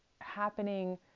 happening